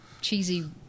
cheesy